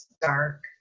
dark